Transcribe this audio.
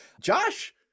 Josh